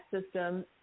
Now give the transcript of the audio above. system